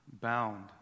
bound